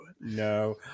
No